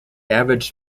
average